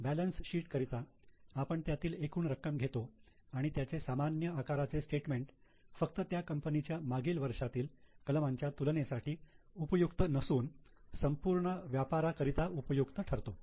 balance sheet करिता आपण त्यातील एकूण रक्कम घेतो आणि त्याचे सामान्य आकाराचे स्टेटमेंट फक्त त्या कंपनीच्या मागील वर्षांतील कलमांच्या तुलनेसाठी उपयुक्त नसून संपूर्ण व्यापाराकरिता उपयुक्त ठरतो